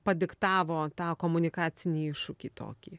padiktavo tą komunikacinį iššūkį tokį